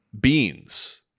beans